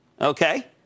okay